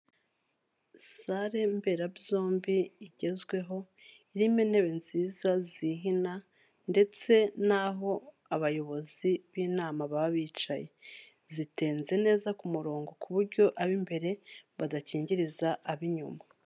Sare mberabyombi igezweho, irimo intebe nziza zihina ndetse n'aho abayobozi b'inama baba bicaye zitenze neza ku murongo, ku buryo ab'imbere badakingiriza ab'inyuma.